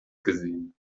gesehen